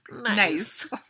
Nice